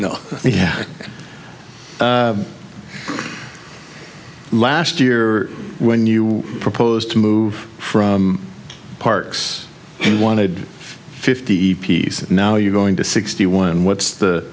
know yeah last year when you proposed to move from parks and wanted fifty pieces now you're going to sixty one what's the